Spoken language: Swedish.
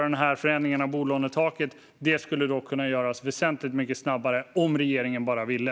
Förändringen av bolånetaket skulle kunna genomföras väsentligt mycket snabbare om regeringen bara ville.